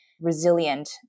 resilient